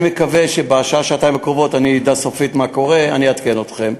אני מקווה שבשעה-שעתיים הקרובות אני אדע סופית מה קורה ואני אעדכן אתכם.